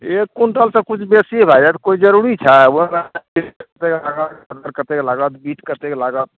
एक क्विंटल तऽ किछु बेसी भए जायत कोइ जरूरी छै कते लागत बीट कतेक लागत